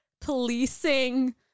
policing